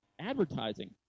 advertising